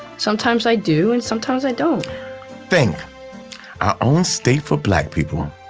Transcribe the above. sometimes i do, and sometimes i don't think our own state for black people